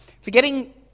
forgetting